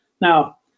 Now